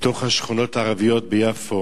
מתוך השכונות הערביות ביפו